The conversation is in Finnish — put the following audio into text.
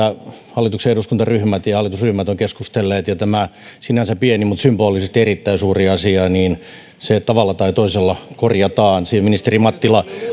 hallituksen eduskuntaryhmät ja hallitusryhmät ovat keskustelleet ja tämä sinänsä pieni mutta symbolisesti erittäin suuri asia tavalla tai toisella korjataan ministeri mattila